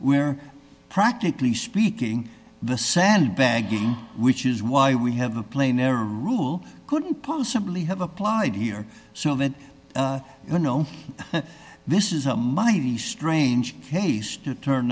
where practically speaking the sandbagging which is why we have a plane air rule couldn't possibly have applied here so that you know this is a mighty strange case to turn